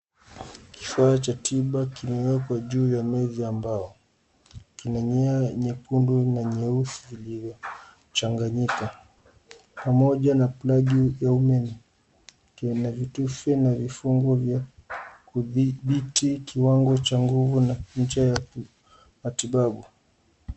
Kifaa cha tiba kimewekwa juu ya meza ya mbao. Kina nia nyekundu na nyeusi iliochanyangika pamoja na ya plug ya umeme kina virubutishi na vifungu vya kutibiti kiwango cha nguvu na njia ya matibabu.